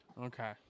Okay